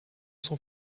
sans